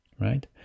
right